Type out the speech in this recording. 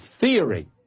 theory